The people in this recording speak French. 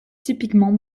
typiquement